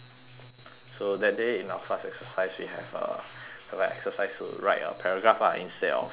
so that day in our class exercise we have uh have a exercise to write a paragraph ah instead of writing um